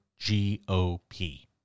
GOP